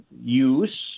use